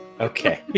Okay